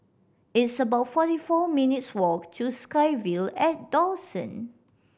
it's about forty four minutes' walk to SkyVille at Dawson